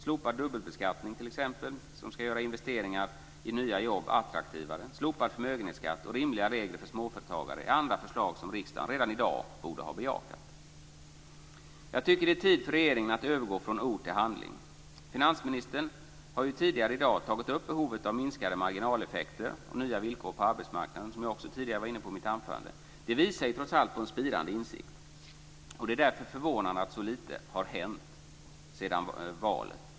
Slopad dubbelbeskattning t.ex., som skall göra investeringar i nya jobb attraktivare, slopad förmögenhetsskatt och rimliga regler för småföretagare är andra förslag som riksdagen redan i dag borde ha bejakat. Jag tycker att det är tid för regeringen att övergå från ord till handling. Finansministern har ju tidigare i dag tagit upp behovet av minskade marginaleffekter och nya villkor på arbetsmarknaden, som jag också tidigare varit inne på i mitt anförande. Det visar ju trots allt på en spirande insikt. Det är därför förvånande att så lite har hänt sedan valet.